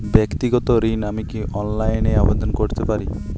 ব্যাক্তিগত ঋণ আমি কি অনলাইন এ আবেদন করতে পারি?